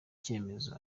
cyemezo